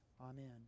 Amen